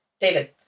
David